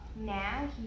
Now